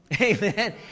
Amen